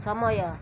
ସମୟ